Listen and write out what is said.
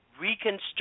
reconstruct